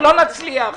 לא נצליח.